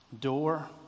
Door